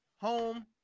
home